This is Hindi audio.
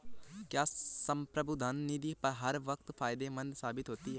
क्या संप्रभु धन निधि हर वक्त फायदेमंद साबित होती है?